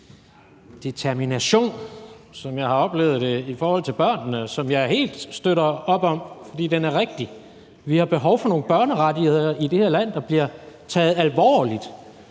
determination, som jeg har oplevet det i forhold til børnene, som jeg helt støtter op om, fordi den er rigtig? Vi har behov for nogle børnerettigheder i det her land, der bliver taget alvorligt,